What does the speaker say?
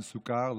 עם סוכר,